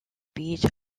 beach